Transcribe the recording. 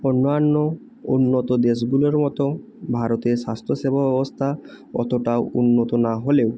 অন্যান্য উন্নত দেশগুলোর মতো ভারতে স্বাস্থ্য সেবা ব্যবস্থা অতটা উন্নত না হলেও